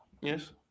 Yes